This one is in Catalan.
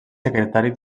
secretari